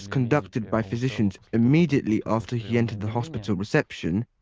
conducted by physicians immediately after he entered the hospital reception,